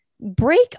break